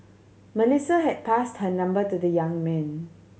Melissa had passed her number to the young man